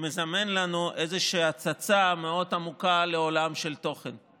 מזמן לנו איזושהי הצצה מאוד עמוקה לעולם של תוכן,